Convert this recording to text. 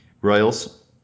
Royals